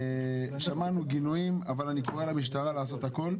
שמענו גינויים, אבל אני קורא למשטרה לעשות הכול.